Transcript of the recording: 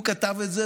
הוא כתב את זה,